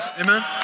Amen